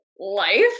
life